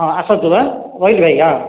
ହଁ ଆସନ୍ତୁ ହେଁ ରହିଲି ଆଜ୍ଞା